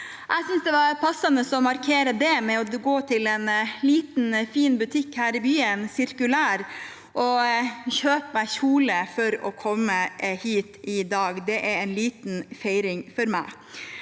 Jeg syntes det var passende å markere det med å gå til en liten, fin butikk her i byen – Cirkulær – og kjøpe meg kjole for å komme hit i dag. Det er en liten feiring for meg.